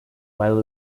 while